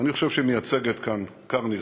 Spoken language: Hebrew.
אני חושב שהיא מייצגת כאן כר נרחב,